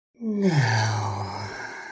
Now